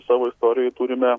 savo istorijoj turime